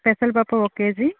పెసరపప్పు ఒక కేజీ